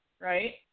right